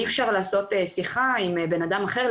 אי אפשר לעשות שיחה עם אדם אחר,